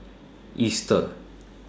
Easter